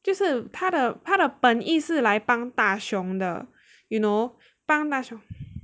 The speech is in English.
就是他的他的本意是来帮大雄的 you know 帮大雄